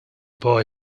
boy